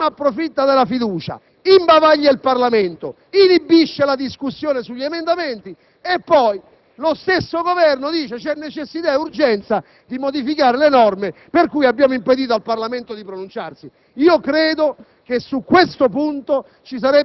di un Governo che prima approfitta della fiducia, quindi imbavaglia il Parlamento, inibisce la discussione sugli emendamenti e poi lo stesso Governo dice che c'è necessità e urgenza di modificare le norme per cui abbiamo impedito al Parlamento di pronunciarsi. Credo